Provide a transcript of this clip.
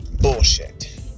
Bullshit